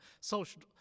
social